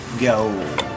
Go